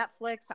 Netflix